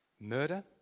Murder